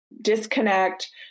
disconnect